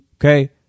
Okay